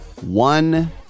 One